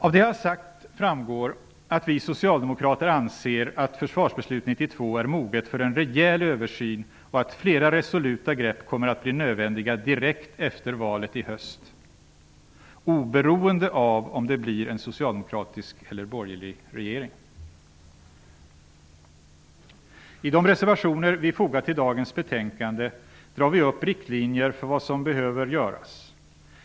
Av det jag har sagt framgår att vi socialdemokrater anser att 1992 års försvarsbeslut är moget för en rejäl översyn och att flera resoluta grepp kommer att bli nödvändiga direkt efter valet i höst, oberoende av om det blir en socialdemokratisk eller borgerlig regering. I de reservationer vi fogat till dagens betänkande drar vi upp riktlinjer för vad som behöver göras.